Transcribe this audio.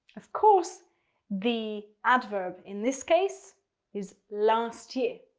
of course the adverb in this case is last year.